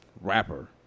Rapper